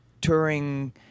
touring